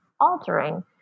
altering